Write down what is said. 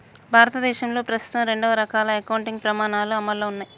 భారతదేశంలో ప్రస్తుతం రెండు రకాల అకౌంటింగ్ ప్రమాణాలు అమల్లో ఉన్నయ్